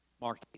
Mark